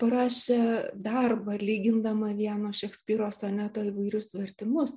parašė darbą lygindama vieno šekspyro soneto įvairius vertimus